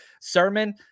Sermon